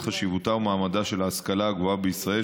חשיבותה ומעמדה של ההשכלה הגבוהה בישראל,